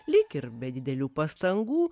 lyg ir be didelių pastangų